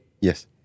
Yes